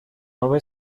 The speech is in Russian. новые